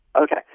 Okay